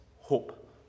hope